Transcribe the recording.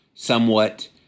Somewhat